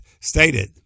stated